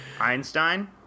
Einstein